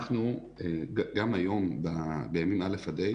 אנחנו גם היום בימים א'-ה'